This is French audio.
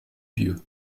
vieux